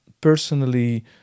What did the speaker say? personally